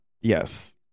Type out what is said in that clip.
yes